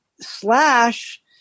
Slash